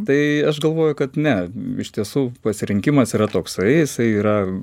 tai aš galvoju kad ne iš tiesų pasirinkimas yra toksai jisai yra